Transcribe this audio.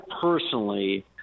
personally